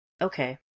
Okay